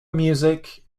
music